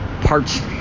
Parts